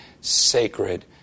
sacred